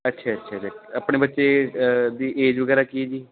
ਅੱਛਾ ਅੱਛਾ ਜੀ ਆਪਣੇ ਬੱਚੇ ਦੀ ਏਜ ਵਗੈਰਾ ਕੀ ਹੈ ਜੀ